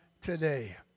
today